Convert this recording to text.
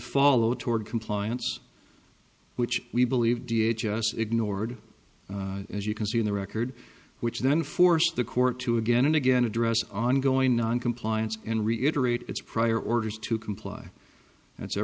follow toward compliance which we believe da just ignored as you can see in the record which then forced the court to again and again address ongoing noncompliance and reiterate its prior orders to comply that's our